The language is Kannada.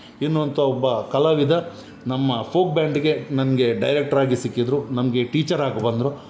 ಎನ್ನುವಂಥ ಒಬ್ಬ ಕಲಾವಿದ ನಮ್ಮ ಫೋಕ್ ಬ್ಯಾಂಡಿಗೆ ನನಗೆ ಡೈರೆಕ್ಟ್ರ್ ಆಗಿ ಸಿಕ್ಕಿದ್ದರು ನಮಗೆ ಟೀಚರಾಗಿ ಬಂದರು